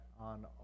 on